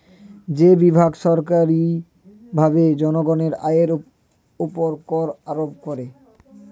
যে বিভাগ সরকারীভাবে জনগণের আয়ের উপর কর আরোপ করে